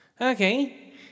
Okay